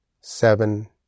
seven